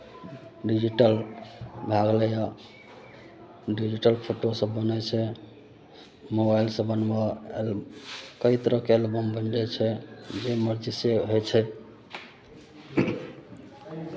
digital भए गेलैए digital फोटोसभ बनै छै मोबाइलसँ बनबय एल कई तरहके एल्बम बनि जाइ छै जे मर्जी से होइ छै